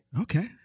Okay